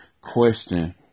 question